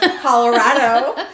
Colorado